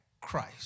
Christ